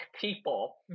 people